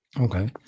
Okay